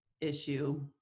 issue